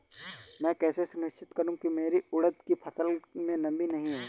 मैं कैसे सुनिश्चित करूँ की मेरी उड़द की फसल में नमी नहीं है?